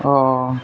অঁ